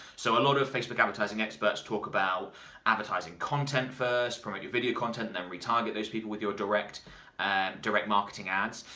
so a lot of facebook advertising experts talk about advertising content first, promote your video content, and re-target those people with your direct and direct marketing ads.